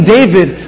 David